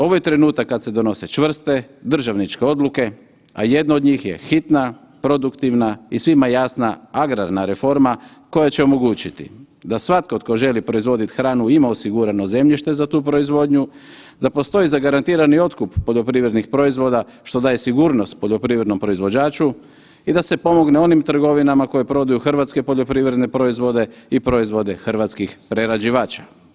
Ovo je trenutak kada se donose čvrste državničke odluke, a jedna od njih je hitna, produktivna i svima jasna agrarna reforma koja će omogućiti da svatko tko želi proizvoditi hranu ima osigurano zemljište za tu proizvodnju, da postoji zagarantirani otkup poljoprivrednih proizvoda što daje sigurnost poljoprivrednom proizvođaču i da se pomogne onim trgovinama koje prodaju hrvatske poljoprivredne proizvode i proizvode hrvatskih proizvođača.